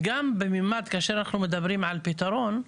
וגם במימד כאשר אנחנו מדברים על פתרון,